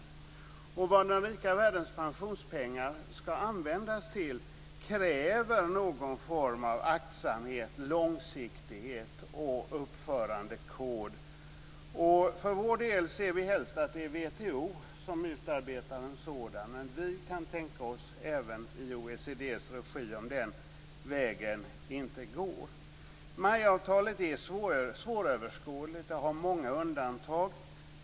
För användningen av den rika världens pensionspengar krävs någon form av aktsamhet och långsiktighet och en uppförandekod. Vi ser för vår del helst att en sådan utarbetas av WTO, men om det inte går den vägen kan vi även tänka oss att det sker i MAI-avtalet är svåröverskådligt och har många undantag.